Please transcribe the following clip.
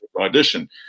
audition